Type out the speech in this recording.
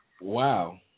Wow